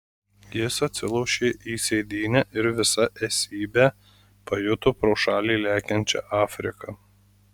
jis atsilošė į sėdynę ir visa esybe pajuto pro šalį lekiančią afriką